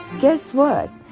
guess what?